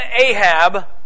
Ahab